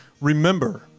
remember